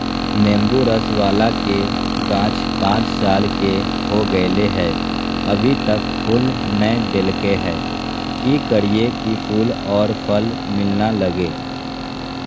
नेंबू रस बाला के गाछ पांच साल के हो गेलै हैं अभी तक फूल नय देलके है, की करियय की फूल और फल मिलना लगे?